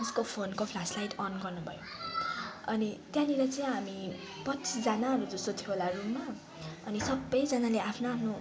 उसको फोनको flash light on गर्नुभयो अनि त्यहाँनिर चाहिँ हामी पच्चिसजनाहरू जस्तो थियो होला रुममा अनि सबैजनाले आफ्नो आफ्नो